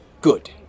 Good